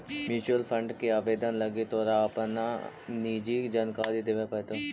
mutual fund के आवेदन लागी तोरा अपन निजी जानकारी देबे पड़तो